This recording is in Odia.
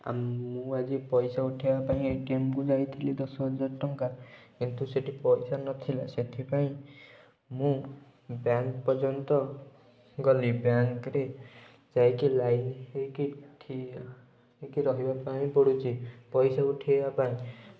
ଆମ ମୁଁ ଆଜି ପଇସା ଉଠେଇବା ପାଇଁ ଏଟିଏମକୁ ଯାଇଥିଲି ଦଶହଜାର ଟଙ୍କା କିନ୍ତୁ ସେଇଠି ପଇସା ନଥିଲା ସେଥିପାଇଁ ମୁଁ ବ୍ୟାଙ୍କ ପର୍ଯ୍ୟନ୍ତ ଗଲି ବ୍ୟାଙ୍କରେ ଯାଇକି ଲାଇନ ହେଇକି ଠିଆ ହେଇକି ରହିବା ପାଇଁ ପଡ଼ୁଛି ପଇସା ଉଠେଇବା ପାଇଁ